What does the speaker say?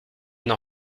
n’en